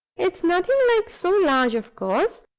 it's nothing like so large, of course,